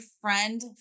friend